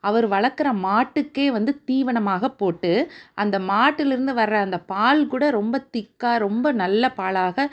அவரு வளக்கற மாட்டுக்கே வந்து தீவனமாக போட்டு அந்த மாட்டிலேருந்து வர்ற அந்த பால் கூட ரொம்ப திக்கா ரொம்ப நல்ல பாலாக